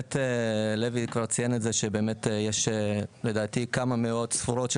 באמת לוי כבר ציין את זה שבאמת יש לדעתי כמה מאות ספורות של